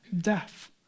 Death